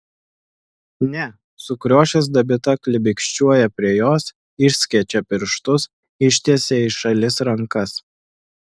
ne sukriošęs dabita klibikščiuoja prie jos išskečia pirštus ištiesia į šalis rankas